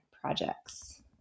projects